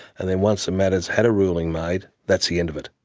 and then once the matter has had a ruling made, that's the end of it.